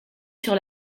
sur